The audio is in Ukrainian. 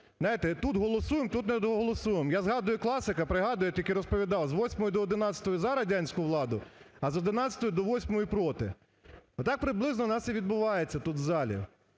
тут голосуємо, тут не доголосуємо. Я згадую класика, пригадуєте, який розповідав: з 8 до 11 – за радянську владу, а з 11 до 8 – проти. Отак приблизно у нас і відбувається тут в залі.